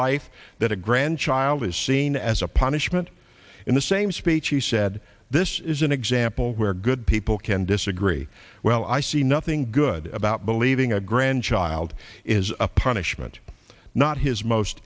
life that a grandchild is seen as a punishment in the same speech he said this is an example where good people can disagree well i see nothing good about believing a grandchild is a punishment not his most